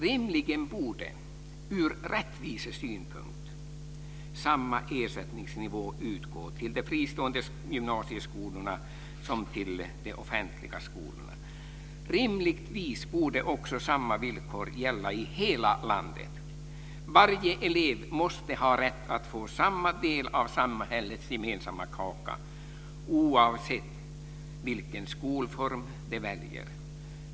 Rimligen borde ur rättvisesynpunkt samma ersättningsnivå tillämpas för de fristående gymnasieskolorna som för de offentliga skolorna. Rimligtvis borde också samma villkor gälla i hela landet. Varje elev måste ha rätt att få samma del av samhällets gemensammaa kaka, oavsett vilken skolform han eller hon väljer.